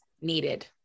needed